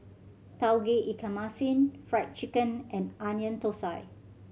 Tauge Ikan Masin Fried Chicken and Onion Thosai